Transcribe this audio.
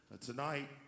Tonight